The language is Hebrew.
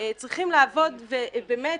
צריכים לעבוד, ולפעמים